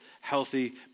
healthy